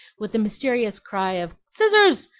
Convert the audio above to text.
with the mysterious cry of scissors!